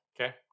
Okay